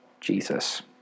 Jesus